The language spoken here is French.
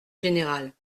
général